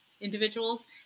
individuals